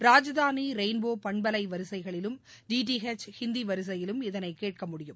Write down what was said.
Rajdhani rainbow பண்பலை வரிசையிலும் DTH Hindi வரிசையிலும் இதனை கேட்கமுடியும்